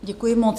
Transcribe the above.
Děkuji moc.